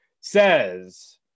says